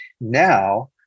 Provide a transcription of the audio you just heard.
now